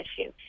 issue